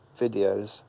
videos